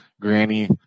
Granny